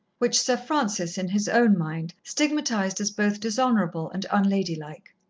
which sir francis in his own mind stigmatized as both dishonourable and unladylike.